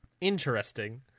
Interesting